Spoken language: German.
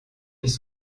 nicht